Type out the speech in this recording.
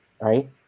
right